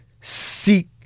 seek